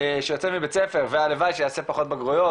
שיוצא מבית ספר והלוואי שיעשה פחות בגרויות,